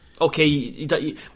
Okay